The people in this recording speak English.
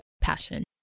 passion